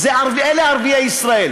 אלה ערביי ישראל